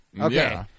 Okay